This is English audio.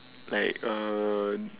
like err